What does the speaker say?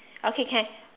okay can